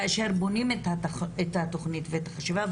כאשר בונים את התכנית ואת החשיבה,